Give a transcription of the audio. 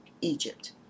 Egypt